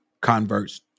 converts